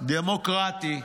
דמוקרטי שאומר: